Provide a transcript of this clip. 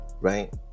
right